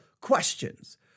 questions